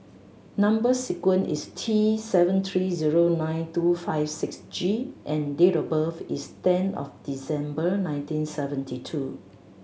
number sequence is T seven three zero nine two five six G and date of birth is ten of December nineteen seventy two